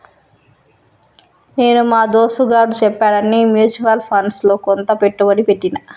నేను మా దోస్తుగాడు చెప్పాడని మ్యూచువల్ ఫండ్స్ లో కొంత పెట్టుబడి పెట్టిన